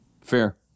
Fair